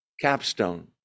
capstone